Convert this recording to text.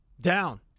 down